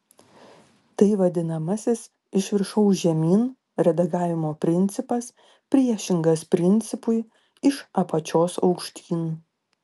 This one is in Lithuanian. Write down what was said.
tai vadinamasis iš viršaus žemyn redagavimo principas priešingas principui iš apačios aukštyn